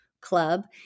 club